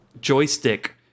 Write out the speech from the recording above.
joystick